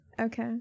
Okay